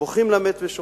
בוכים למת, ושוכחים.